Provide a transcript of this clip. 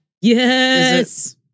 Yes